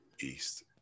East